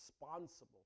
responsible